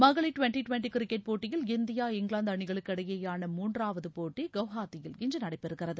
மகளிர் twenty twenty cricket போட்டியில் India இங்கிலாந்து அனிகளுக்கு இடையேயான மூன்றாவது போட்டி கவ்ஹாத்தியில் இன்று நடைபெறுகிறது